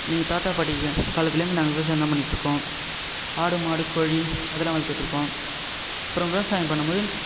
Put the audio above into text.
எங்கள் தாத்தா பாட்டி காலத்துலேருந்து நாங்கள் விவசாயம்தான் பண்ணிட்டு இருக்கோம் ஆடு மாடு கோழி அதெல்லாம் வளர்த்துட்டுருக்கோம் அப்புறம் விவசாயம் பண்ணும் போது